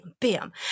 bam